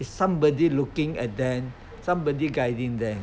if somebody looking at them somebody guiding them